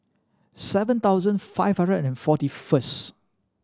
seven thousand five hundred and forty first